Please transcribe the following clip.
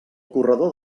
corredor